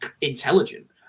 intelligent